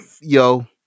Yo